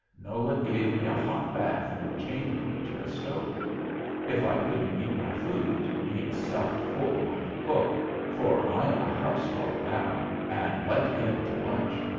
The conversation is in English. nolan gave me a hot bath and chained me to the stove if i couldn't eat my food, being stuffed full by the cook for i am a house-dog now, and let in to lunch,